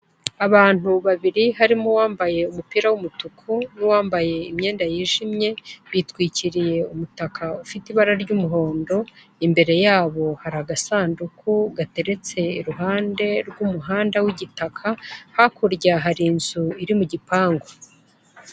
Abantu babiri harimo uwambaye umupira w'umutuku n'uwambaye imyenda yijimye, bitwikiriye umutaka ufite ibara ry'umuhondo, imbere yabo hari agasanduku gateretse iruhande rw'uwo muhanda w'igitaka hakurya hari inzu iri mu gipangu.